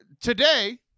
today